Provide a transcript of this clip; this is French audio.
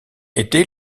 été